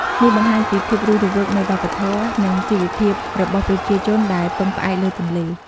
នេះបង្ហាញពីភាពរស់រវើកនៃវប្បធម៌ និងជីវភាពរបស់ប្រជាជនដែលពឹងផ្អែកលើទន្លេ។